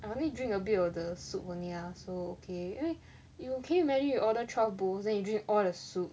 I only drink a bit of the soup only ah so okay 因为 you can you imagine you order twelve bowls then you drink all the soup